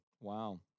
wow